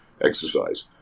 exercise